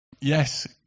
yes